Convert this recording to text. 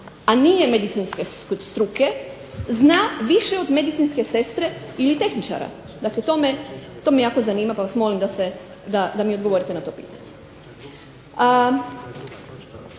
a nije medicinske struke zna više od medicinske sestre ili tehničara. Dakle, to me jako zanima pa vas molim da mi odgovorite na to pitanje.